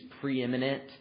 preeminent